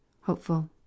Hopeful